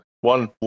one